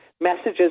messages